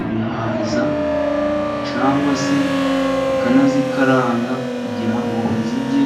ibihaza, cyangwa se bakanazikaranga kugira ngo bazirye.